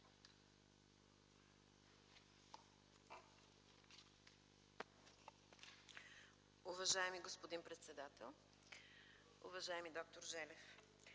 Уважаеми господин председател, уважаеми д-р Желев!